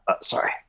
sorry